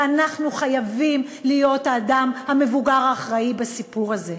ואנחנו חייבים להיות האדם המבוגר האחראי בסיפור הזה.